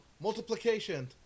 multiplication